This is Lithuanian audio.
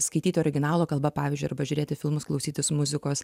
skaityti originalo kalba pavyzdžiui arba žiūrėti filmus klausytis muzikos